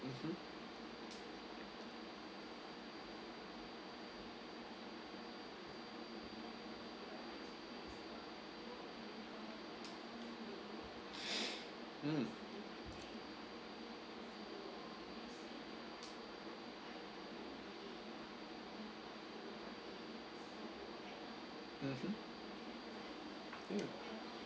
mmhmm mm mmhmm ya